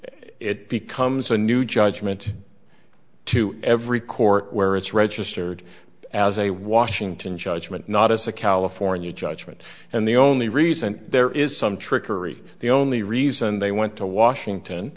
it becomes a new judgment to every court where it's registered as a washington judgment not as a california judgment and the only reason there is some trickery the only reason they went to washington